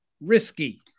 risky